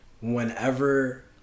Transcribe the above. whenever